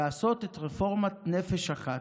לעשות את רפורמת נפש אחת,